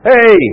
Hey